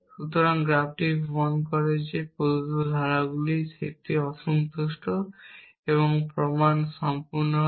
সুতরাং এই গ্রাফটি প্রমাণ করে যে প্রদত্ত ধারাগুলির সেটটি অসন্তুষ্ট এবং প্রমাণ সম্পূর্ণ হবে